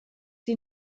sie